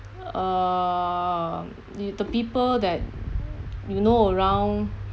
uh the people that you know around